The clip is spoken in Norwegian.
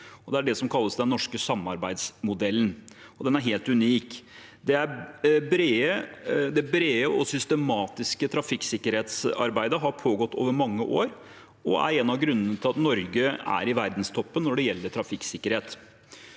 Det er det som kalles den norske samarbeidsmodellen. Den er helt unik. Det brede og systematiske trafikksikkerhetsarbeidet har pågått over mange år og er en av grunnene til at Norge er i verdenstoppen når det gjelder trafikksikkerhet.